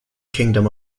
kingdom